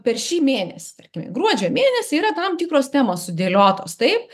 per šį mėnesį tarkime gruodžio mėnesį yra tam tikros temos sudėliotos taip